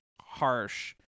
harsh